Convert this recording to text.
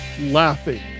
laughing